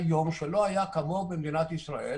שלא היה כמוהו במדינת ישראל,